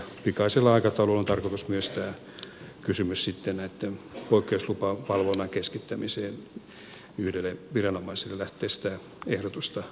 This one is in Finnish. pikaisella aikataululla on tarkoitus myös sitten tätä ehdotusta tästä poikkeuslupavalvonnan keskittämisestä yhdelle viranomaiselle lähteä valmistelemaan